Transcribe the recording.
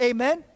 Amen